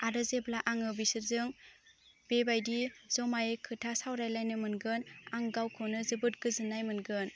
आरो जेब्ला आङो बिसोरजों बेबायदि जमायै खोथा सावरायलायनो मोनगोन आं गावखौनो जोबोद गोजोननाय मोनगोन